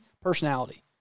personality